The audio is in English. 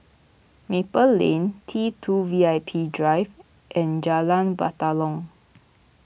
Maple Lane T two V I P Drive and Jalan Batalong